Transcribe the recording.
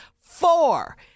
Four